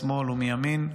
משמאל ומימין,